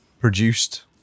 produced